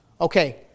Okay